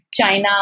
China